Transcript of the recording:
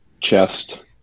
chest